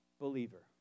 believer